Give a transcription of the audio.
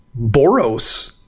Boros